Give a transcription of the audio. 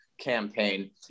campaign